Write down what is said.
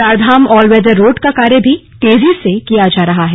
Chardham all weather road का कार्य भी तेजी से किया जा रहा है